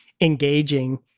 engaging